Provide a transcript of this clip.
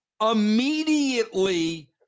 immediately